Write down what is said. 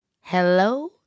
Hello